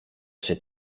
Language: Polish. się